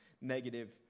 negative